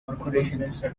corporations